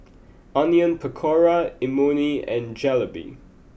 Onion Pakora Imoni and Jalebi